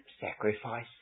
sacrifice